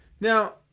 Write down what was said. Now